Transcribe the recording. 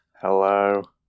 Hello